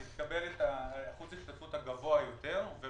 אז היא תקבל את אחוז ההשתתפות הגבוה יותר.